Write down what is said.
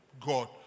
God